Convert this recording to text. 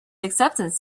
acceptance